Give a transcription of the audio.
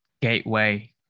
gateway